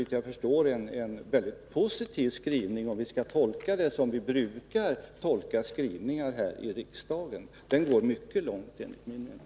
Det är en väldigt positiv skrivning, om vi skall tolka den så som vi brukar tolka skrivningar här i riksdagen. Den går mycket långt enligt min mening.